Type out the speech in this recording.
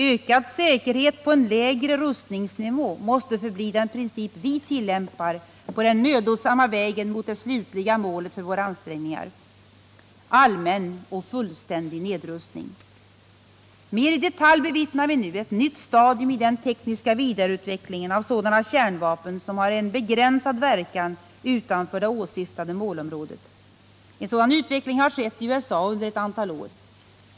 Ökad säkerhet på en lägre rustningsnivå måste förbli den princip vi tillämpar på den mödosamma vägen mot det slutliga målet för våra ansträngningar: allmän och fullständig nedrustning. Mer i detalj bevittnar vi nu ett nytt stadium i den tekniska vidareutvecklingen av sådana kärnvapen som har en begränsad verkan utanför det åsyftade målområdet. En sådan utveckling har skett i USA under ett antal år.